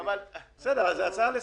בסדר, הצעה לסדר.